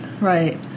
Right